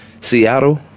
Seattle